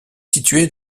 située